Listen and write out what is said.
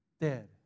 Dead